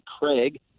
Craig